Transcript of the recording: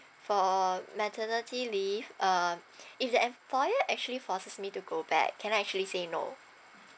for maternity leave um if the employer actually forces me to go back can I actually say no